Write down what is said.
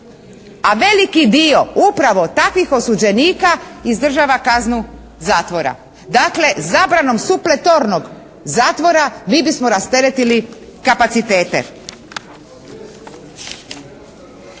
a veliki dio upravo takvih osuđenika izdržava kaznu zatvora. Dakle, zabranom supletornog zatvora mi bismo rasteretili kapacitete.